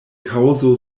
kaŭzo